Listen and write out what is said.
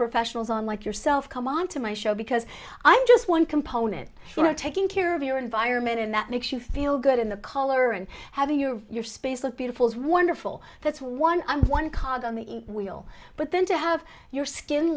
professionals on like yourself come onto my show because i'm just one component for taking care of your environment and that makes you feel good in the color and having your your space look beautiful is wonderful that's one on one cog on the wheel but then to have your skin